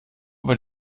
über